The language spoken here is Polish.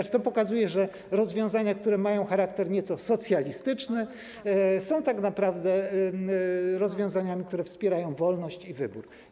Tzn. to pokazuje, że rozwiązania, które mają charakter nieco socjalistyczny, są tak naprawdę rozwiązaniami, które wspierają wolność i wybór.